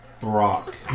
Brock